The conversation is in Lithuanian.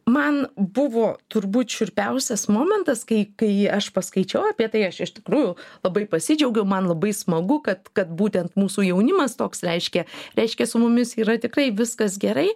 man buvo turbūt šiurpiausias momentas kai kai aš paskaičiau apie tai aš iš tikrųjų labai pasidžiaugiau man labai smagu kad kad būtent mūsų jaunimas toks reiškia reiškia su mumis yra tikrai viskas gerai